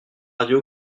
radio